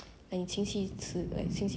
because 他们跟你这样久了